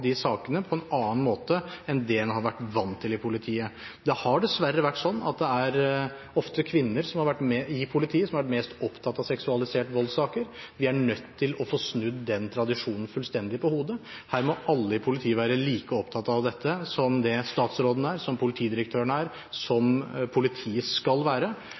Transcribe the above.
sakene på en annen måte enn det en har vært vant til i politiet. Det har dessverre vært slik at det ofte er kvinner i politiet som har vært mest opptatt av saker med seksualisert vold. Vi er nødt til å få snudd den tradisjonen fullstendig. Alle i politiet må være like opptatt av dette som statsråden er, som politidirektøren er, og som politiet skal være.